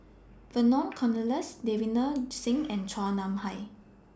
Vernon Cornelius Davinder Singh and Chua Nam Hai